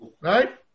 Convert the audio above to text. Right